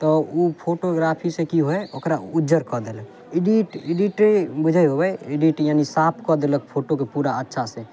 तऽ उ फोटोग्राफीसँ की होइ ओकरा उज्जर कऽ देलक एडिट एडिटिंग बुझैत होबय एडिट यानि साफकऽ देलक फोटोके पूरा अच्छासँ